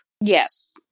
Yes